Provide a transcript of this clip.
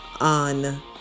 on